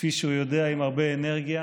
כפי שהוא יודע, עם הרבה אנרגיה.